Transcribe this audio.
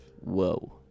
Whoa